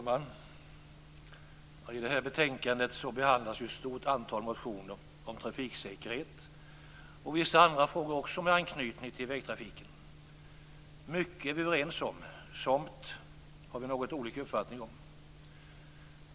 Fru talman! I det här betänkandet behandlas ett stort antal motioner om trafiksäkerhet och vissa andra frågor med anknytning till vägtrafiken. Mycket är vi överens om, somt har vi något olika uppfattning om.